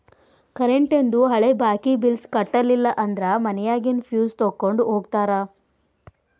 ಕರೆಂಟೇಂದು ಹಳೆ ಬಾಕಿ ಬಿಲ್ಸ್ ಕಟ್ಟಲಿಲ್ಲ ಅಂದ್ರ ಮನ್ಯಾಗಿನ್ ಫ್ಯೂಸ್ ತೊಕ್ಕೊಂಡ್ ಹೋಗ್ತಾರಾ